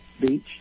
beach